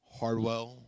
Hardwell